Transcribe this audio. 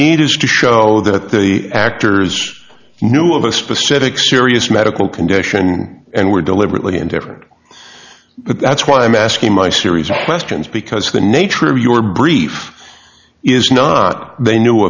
need is to show that the actors knew of a specific serious medical condition and were deliberately indifferent but that's why i'm asking my series of questions because the nature of your brief is not they knew